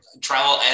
travel